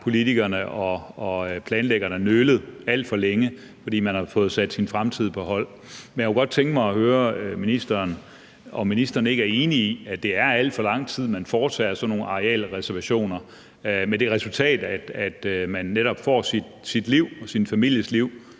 politikerne og planlæggerne nølet alt for længe, for man har fået sat sin fremtid på hold. Men jeg kunne godt tænke mig at høre ministeren, om ministeren ikke er enig i, at det er i alt for lang tid, at man foretager sådan nogle arealreservationer, med det resultat, at man netop får sit liv og sin families liv